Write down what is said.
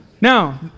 Now